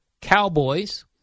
Cowboys